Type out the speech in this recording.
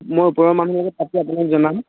মই ওপৰ মানুহৰ লগ পাতি আপোনাক জনাম